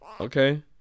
okay